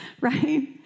Right